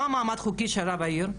מה המעמד החוקי של רב העיר,